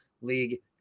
league